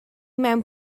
mewn